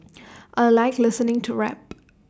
I Like listening to rap